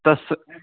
तस्